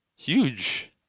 huge